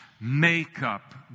Makeup